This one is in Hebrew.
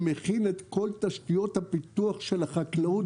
שמכין את כל תשתיות הפיתוח של החקלאות